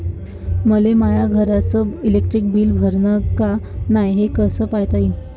मले माया घरचं इलेक्ट्रिक बिल भरलं का नाय, हे कस पायता येईन?